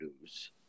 news